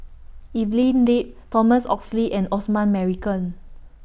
Evelyn Lip Thomas Oxley and Osman Merican